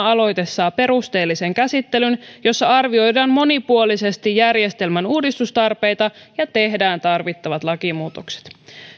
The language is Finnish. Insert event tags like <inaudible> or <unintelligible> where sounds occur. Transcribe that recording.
<unintelligible> aloite saa perusteellisen käsittelyn jossa arvioidaan monipuolisesti järjestelmän uudistustarpeita ja tehdään tarvittavat lakimuutokset